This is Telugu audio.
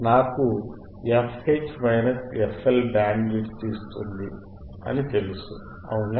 నాకు fH fL బ్యాండ్ విడ్త్ ఇస్తుంది అని నాకు తెలుసు అవునా